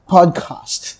Podcast